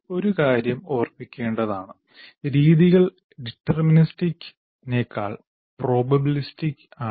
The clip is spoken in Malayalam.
ഒരു കാര്യം ഓർമ്മിക്കേണ്ടതാണ് രീതികൾ ഡിറ്റർമിനിസ്റ്റിക്ക് നെക്കാൾ പ്രോബബിലിസ്റ്റിക് ആണ്